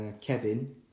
Kevin